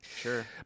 sure